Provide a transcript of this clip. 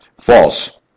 false